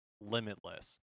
limitless